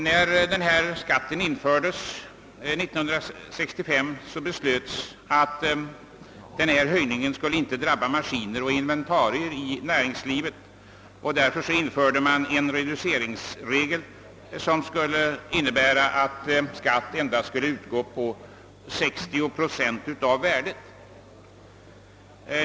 När denna skatt höjdes år 1965 beslöts att höjningen inte skulle drabba maskiner och inventarier i näringslivet, och därför införde man en reduceringsregel, som skulle innebära att skatt endast skulle utgå på 60 procent av värdet.